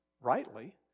rightly